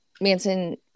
manson